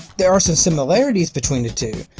there are some similarities between the two,